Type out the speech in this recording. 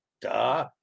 Duh